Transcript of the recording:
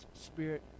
spirit